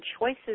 choices